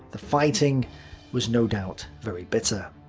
the fighting was no doubt very bitter.